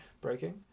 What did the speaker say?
breaking